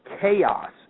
chaos